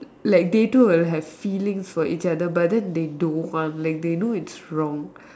like they two will have feelings for each other but then they don't want like they know it's wrong